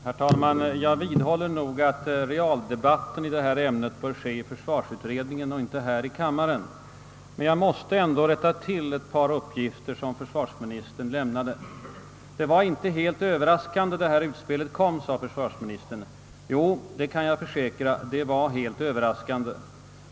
Herr talman! Jag vidhåller att realdebatten i detta ämne bör ske i försvarsutredningen och inte här i kammaren, men jag måste ändå rätta till ett par uppgifter som försvarsministern lämnade. Utspelet kom inte helt överraskande, sade försvarsministern. Jo, jag kan försäkra att det var helt överraskande.